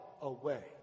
away